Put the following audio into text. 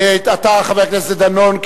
חבר הכנסת דנון,